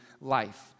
life